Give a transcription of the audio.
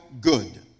good